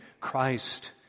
Christ